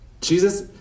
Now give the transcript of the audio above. Jesus